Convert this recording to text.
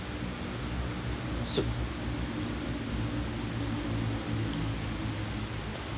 so